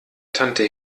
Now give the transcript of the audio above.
tante